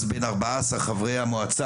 אז בין 14 חברי המועצה,